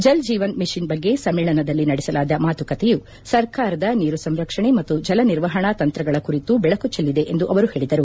Jal Jeevan mission ಬಗ್ಗೆ ಸಮ್ನೇಳನದಲ್ಲಿ ನಡೆಸಲಾದ ಮಾತುಕತೆಯು ಸರ್ಕಾರದ ಜಲ ಸಂರಕ್ಷಣೆ ಮತ್ತು ಜಲ ನಿರ್ವಹಣಾ ತಂತ್ರಗಳ ಕುರಿತು ಬೆಳಕು ಚೆಲ್ಲಿದೆ ಎಂದು ಅವರು ಹೇಳಿದರು